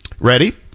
Ready